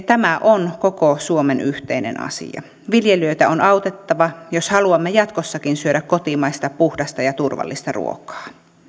tämä on koko suomen yhteinen asia viljelijöitä on autettava jos haluamme jatkossakin syödä kotimaista puhdasta ja turvallista ruokaa